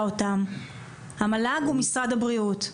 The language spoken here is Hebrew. המל"ג או משרד הבריאות?